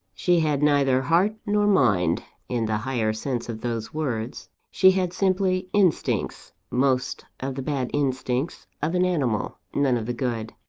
she had neither heart nor mind, in the higher sense of those words. she had simply instincts most of the bad instincts of an animal none of the good.